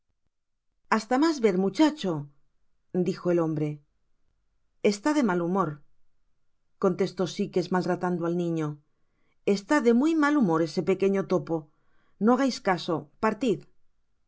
hasta mas ver muchacho i dijo el hombre está de mal humor contestó sikes maltratando al niño está de muy mal humor ese pequeño topo no hagais caso partid